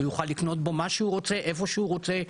הוא יוכל לקנות בו מה שהוא רוצה איפה שהוא רוצה,